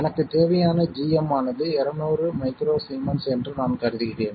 எனக்கு தேவையான gm ஆனது 200 µS என்று நான் கருதுகிறேன்